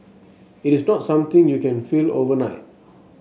it is not something you can feel overnight